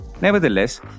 Nevertheless